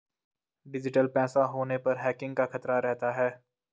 digital पैसा होने पर हैकिंग का खतरा रहता है